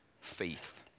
faith